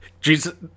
Jesus